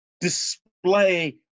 display